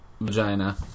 vagina